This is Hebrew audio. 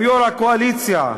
ועם יושב-ראש הקואליציה,